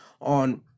on